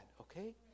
Okay